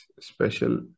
special